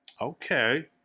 Okay